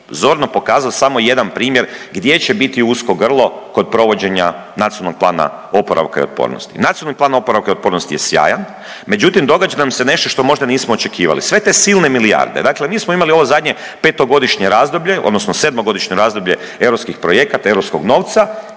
zorno pokazao samo jedan primjer gdje će biti usko grlo kroz provođenja NPOO-a. NPOO je sjajan, međutim događa nam se nešto što možda nismo očekivali, sve te silne milijarde dakle mi smo imali ovo zadnje 5-godišnje razdoblje odnosno 7-godišnje razdoblje europskih projekata, europskog novca